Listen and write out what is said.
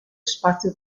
spazio